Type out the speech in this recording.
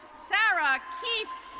sarah keith.